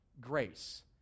grace